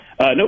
Nope